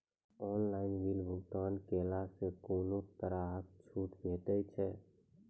Online बिलक भुगतान केलासॅ कुनू तरहक छूट भेटै छै?